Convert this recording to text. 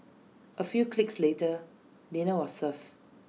A few clicks later dinner was served